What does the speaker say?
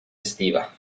estiva